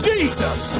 Jesus